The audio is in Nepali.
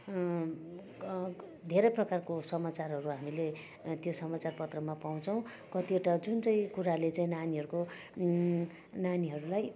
धेरै प्रकारको समाचारहरू हामीले त्यो समाचारपत्रमा पाउँछौँ कतिवटा जुन चाहिँ कुराले चाहिँ नानीहरूको नानीहरूलाई